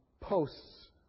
posts